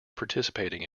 participating